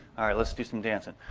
let's do some dancing.